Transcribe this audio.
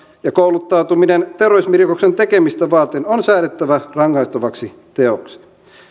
ja kouluttautuminen terrorismirikoksen tekemistä varten on säädettävä rangaistavaksi teoksi